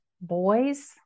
boys